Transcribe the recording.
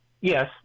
yes